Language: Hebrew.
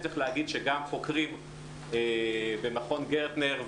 צריך להגיד שגם חוקרים במכון גרטנר,